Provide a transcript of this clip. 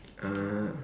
uh